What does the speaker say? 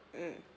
mm